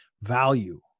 value